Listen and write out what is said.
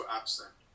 absent